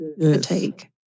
fatigue